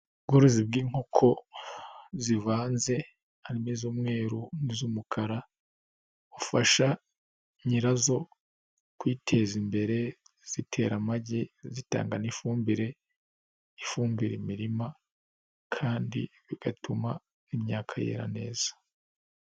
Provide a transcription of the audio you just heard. Ubworozi bw'inkoko zivanze harimo iz'umweru, i z'umukara, bufasha nyirazo kwiteza imbere. Zitera amagi zitanga n'ifumbire ifumbira imirima kandi bigatuma imyaka yera neza.